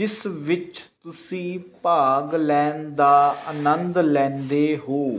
ਜਿਸ ਵਿੱਚ ਤੁਸੀਂ ਭਾਗ ਲੈਣ ਦਾ ਆਨੰਦ ਲੈਂਦੇ ਹੋ